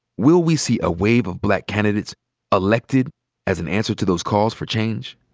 will we see a wave of black candidates elected as an answer to those calls for change?